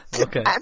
Okay